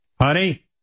Honey